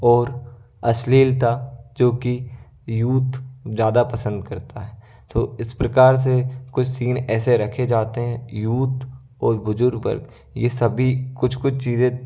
और अश्लीलता जो कि यूथ ज़्यादा पसंद करता है तो इस प्रकार से कुछ सीन ऐसे रखे जाते हैं यूथ और बुजुर्ग वर्ग यह सभी कुछ कुछ चीज़ें